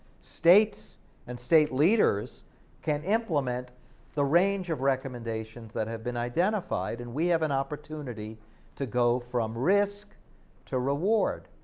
states and state leaders can implement the range of recommendations that have been identified and we have an opportunity to go from risk to reward,